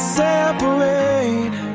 separate